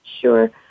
Sure